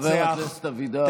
חבר הכנסת אבידר,